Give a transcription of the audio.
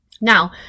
Now